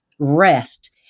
rest